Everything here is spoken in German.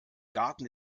garten